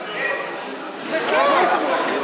לבדוק איפה.